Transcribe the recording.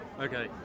Okay